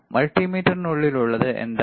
മൾട്ടിമീറ്ററിനുള്ളിലുള്ളത് എന്താണ്